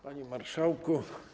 Panie Marszałku!